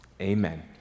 Amen